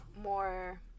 More